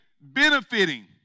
benefiting